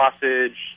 sausage